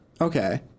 Okay